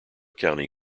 county